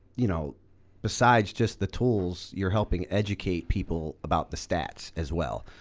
you know besides just the tools, you're helping educate people about the stats as well.